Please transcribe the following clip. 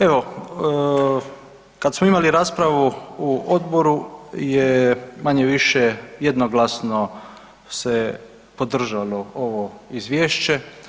Evo kad smo imali raspravu u odboru je manje-više jednoglasno se podržalo ovo izvješće.